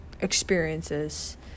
experiences